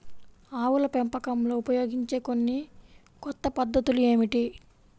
ఆవుల పెంపకంలో ఉపయోగించే కొన్ని కొత్త పద్ధతులు ఏమిటీ?